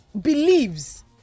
believes